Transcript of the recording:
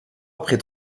après